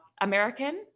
American